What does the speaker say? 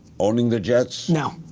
owning the jets? no.